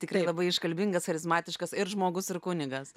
tikrai labai iškalbingas charizmatiškas ir žmogus ir kunigas